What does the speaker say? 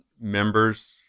members